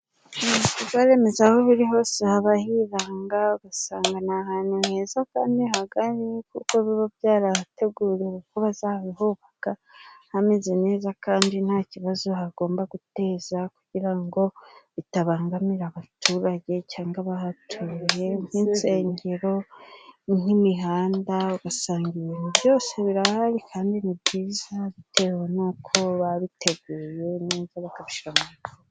Ibikorwa remezo aho biri hose haba hiranga, usanga ni ahantu heza kandi hagari, kuko biba byarahateguriwe ko bazabihubaka, hameze neza kandi nta kibazo hagomba guteza, kugira ngo bitabangamira abaturage cyangwa abahatuye nk'insengero, nk'imihanda, ugasanga ibintu byose birahari kandi ni byiza, bitewe n'uko babiteguye neza bakabishyira ku mirongo.